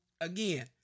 again